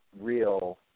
real